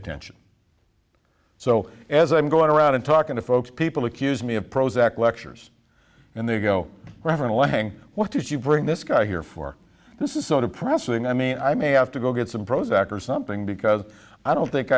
attention so as i'm going around and talking to folks people accuse me of prozac lectures and they go robert lang what did you bring this guy here for this is so depressing i mean i may have to go get some prozac or something because i don't think